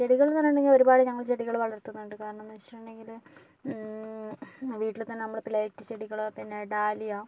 ചെടികൾ എന്ന് പറഞ്ഞിട്ടുണ്ടെങ്കിൽ ഒരുപാട് ഞങ്ങൾ ചെടികൾ വളർത്തുന്നുണ്ട് കാരണം എന്ന് വെച്ചിട്ടുണ്ടെങ്കില് വീട്ടില് തന്നെ നമ്മളിപ്പോൾ പ്ലേറ്റ് ചെടികള് പിന്നെ ഡാലിയ